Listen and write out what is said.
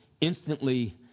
instantly